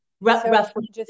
Roughly